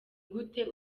gute